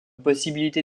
possibilité